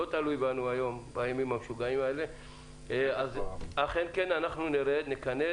שתוכל, דיון נוסף